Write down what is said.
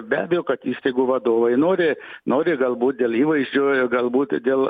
be abejo kad įstaigų vadovai nori nori galbūt dėl įvaizdžio galbūt dėl